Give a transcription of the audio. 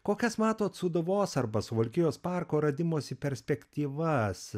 kokias matot sūduvos arba suvalkijos parko radimosi perspektyvas